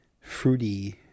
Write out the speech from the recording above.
fruity